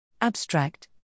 Abstract